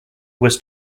was